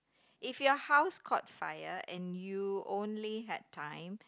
if your house got fire and you only have time